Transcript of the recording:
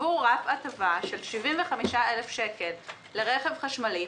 קבעו רף הטבה של 75,000 שקל לרכב חשמלי,